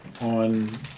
on